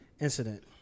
incident